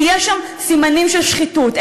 כי יש שם סימנים של שחיתות?